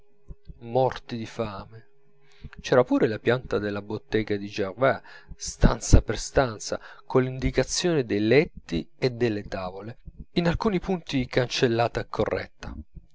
morti di fame c'era pure la pianta della bottega di gervaise stanza per stanza coll'indicazione dei letti e delle tavole in alcuni punti cancellata e corretta